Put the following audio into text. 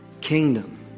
Kingdom